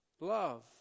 love